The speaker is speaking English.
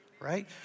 right